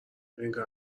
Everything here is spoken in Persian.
انگار